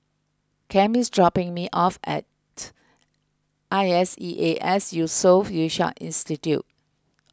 Cam is dropping me off at I S E A S Yusof Ishak Institute